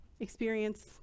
Experience